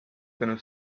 tänu